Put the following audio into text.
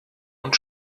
und